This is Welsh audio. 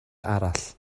arall